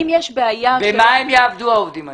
במה עיעבדו העובדים האלה?